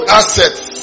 assets